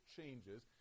changes